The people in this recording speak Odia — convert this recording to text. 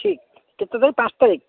ଠିକ୍ କେତେ ପାଞ୍ଚ ତାରିଖ